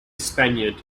spaniard